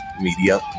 Media